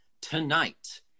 tonight